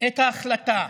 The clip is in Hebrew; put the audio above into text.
את ההחלטה